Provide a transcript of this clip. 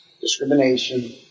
discrimination